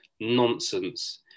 nonsense